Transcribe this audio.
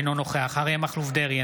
אינו נוכח אריה מכלוף דרעי,